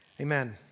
Amen